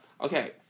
Okay